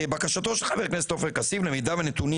"בקשתו של חבר הכנסת עופר כסיף למידע ונתונים